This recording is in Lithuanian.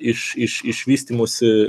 iš iš iš vystymosi